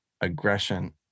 Aggression